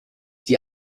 die